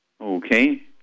Okay